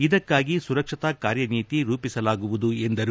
ಇದಕ್ಕಾಗಿ ಸುರಕ್ಷತಾ ಕಾರ್ಯನೀತಿ ರೂಪಿಸಲಾಗುವುದು ಎಂದರು